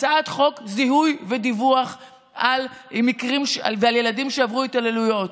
הצעת חוק זיהוי ודיווח על מקרים ועל ילדים שעברו התעללויות,